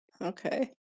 Okay